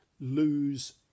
lose